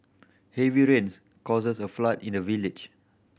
heavy rains caused a flood in a village